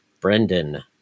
Brendan